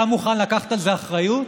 אתה מוכן לקחת על זה אחריות?